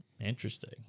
Interesting